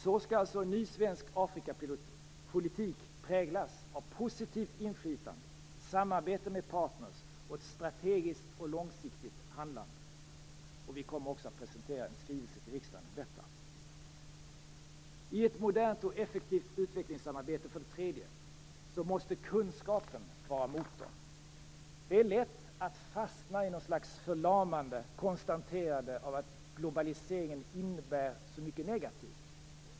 Så skall alltså en ny svensk Afrikapolitik präglas av positivt inflytande, samarbete med partners och ett strategiskt och långsiktigt handlande. Vi kommer också att presentera en skrivelse till riksdagen om detta. För det tredje. I ett modernt och effektivt utvecklingssamarbete måste kunskapen vara motorn. Det är lätt att fastna i ett slags förlamande konstaterande av att globaliseringen innebär så mycket negativt.